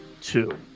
Two